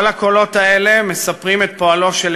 כל הקולות האלה מספרים את פועלו של